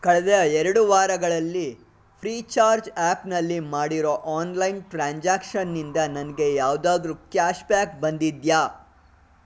ಕಳೆದ ಎರಡು ವಾರಗಳಲ್ಲಿ ಫ್ರೀಚಾರ್ಜ್ ಆ್ಯಪ್ನಲ್ಲಿ ಮಾಡಿರೊ ಆನ್ಲೈನ್ ಟ್ರಾಂಜ್ಯಾಕ್ಷನ್ನಿಂದ ನನಗೆ ಯಾವುದಾದ್ರು ಕ್ಯಾಶ್ ಬ್ಯಾಕ್ ಬಂದಿದೆಯಾ